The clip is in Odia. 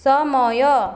ସମୟ